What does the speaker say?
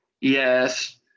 Yes